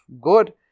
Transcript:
good